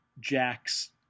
Jack's